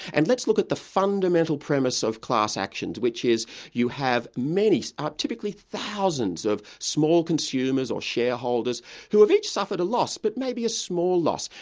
and let's look at the fundamental premise of class actions, which is you have many, ah typically thousands of small consumers or shareholders who have each suffered a loss, but maybe a small loss,